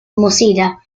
mozilla